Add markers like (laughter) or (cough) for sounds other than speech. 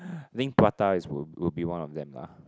(noise) I think prata is will would be one of them lah